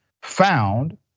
found